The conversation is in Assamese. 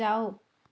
যাওক